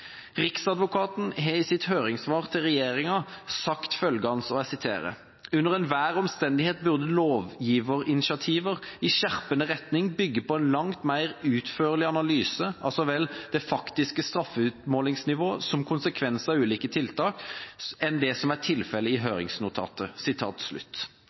Riksadvokaten har i sitt høringssvar til regjeringa sagt følgende: «Under enhver omstendighet burde lovgiverinitiativer i skjerpende retning bygge på en langt mer utførlig analyse av så vel det faktiske straffutmålingsnivå som konsekvenser av ulike tiltak enn det som er tilfellet i